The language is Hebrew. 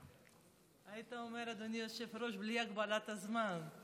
היית אומר, אדוני היושב-ראש: בלי הגבלת זמן.